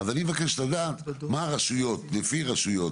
אז אני מבקש לדעת לפי רשויות,